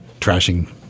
trashing